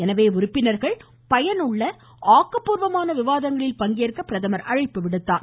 எனவே உறுப்பினர்கள் பயனுள்ள ஆக்கப்பூர்வமான விவாதங்களில் பங்கேற்க அவர் அழைப்பு விடுத்தார்